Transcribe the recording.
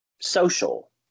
social